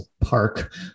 park